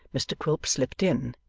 mr quilp slipped in,